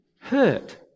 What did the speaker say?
hurt